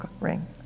ring